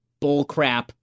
bullcrap